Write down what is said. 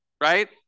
right